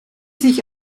sich